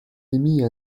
émis